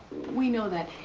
we know that.